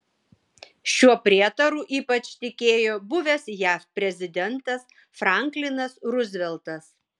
šiuo prietaru ypač tikėjo buvęs jav prezidentas franklinas ruzveltas